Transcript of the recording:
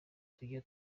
tujya